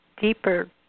deeper